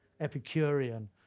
epicurean